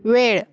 वेळ